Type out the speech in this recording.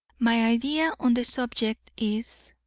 my idea on the subject is